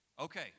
Okay